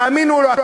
תאמינו או לא.